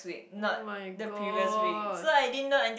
oh-my-God